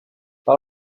par